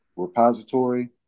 repository